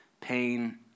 Pain